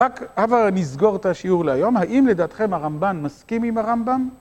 רק עבר נסגור את השיעור להיום. האם לדעתכם הרמב'ן מסכים עם הרמב'ן?